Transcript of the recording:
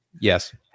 Yes